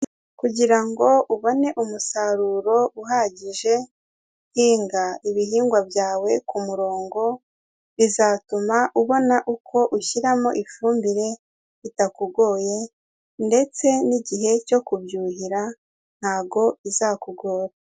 Kugira ngo ubone umusaruro uhagije, hinga ibihingwa byawe ku murongo bizatuma ubona uko ushyiramo ifumbire bitakugoye ndetse n'igihe cyo kubyuhira, ntago bizakugora.